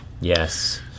Yes